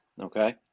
Okay